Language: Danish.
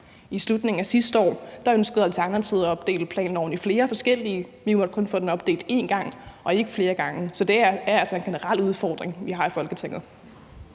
i slutningen af sidste år ønskede Alternativet at opdele forslaget om planloven i flere forskellige lovforslag, men vi måtte kun få den opdelt én gang og ikke flere gange. Så det er altså en generel udfordring, vi har i Folketinget.